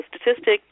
statistic